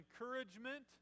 encouragement